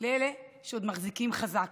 לאלה שעוד מחזיקים חזק,